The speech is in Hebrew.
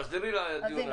תחזרי לדיון הטיפולי.